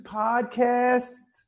podcast